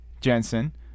Jensen